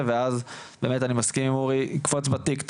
ואז אני מסכים עם אורי שיקפוץ בטיק טוק,